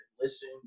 listen